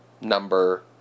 number